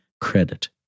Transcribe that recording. credit